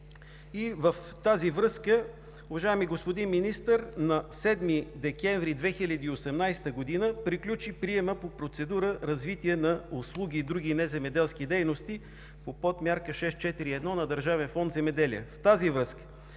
за подпомагане. Уважаеми господин Министър, на 7 декември 2018 г. приключи приемът по процедура „Развитие на услуги и други неземеделски дейности“ по подмярка 6.4.1 на Държавен фонд „Земеделие“.